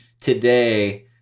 Today